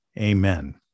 Amen